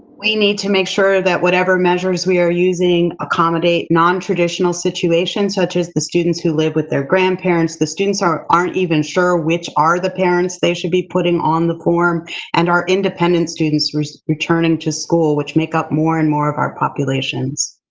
we need to make sure that whatever measures we are using accommodate nontraditional situations, such as the students who live with their grandparents, the students who aren't even sure which are the parents they should be putting on the form and our independent students returning to school, which make up more and more of our populations.